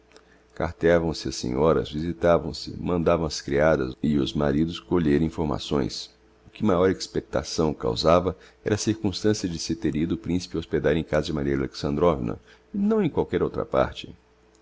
carteavam se as senhoras visitavam se mandavam as creadas e os maridos colher informações o que maior espectação causava era a circunstancia de se ter ido o principe hospedar em casa de maria alexandrovna e não em qualquer outra parte